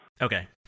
Okay